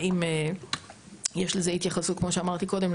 האם יש לזה התייחסות כמו שאמרתי קודם,